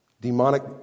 demonic